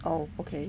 oh okay